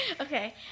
Okay